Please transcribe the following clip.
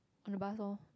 on the bus oh